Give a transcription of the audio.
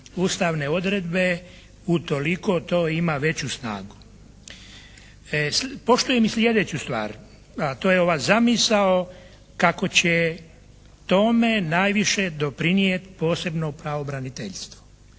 ustavne odredbe. Utoliko to ima veću snagu. Poštujem i sljedeću stvar, a to je ova zamisao kako će tome najviše doprinijeti posebno pravobraniteljstvo.